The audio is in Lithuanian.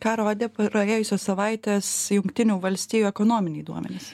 ką rodė praėjusios savaitės jungtinių valstijų ekonominiai duomenys